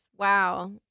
Wow